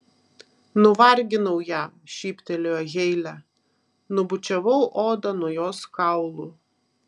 nuvarginau ją šyptelėjo heile nubučiavau odą nuo jos kaulų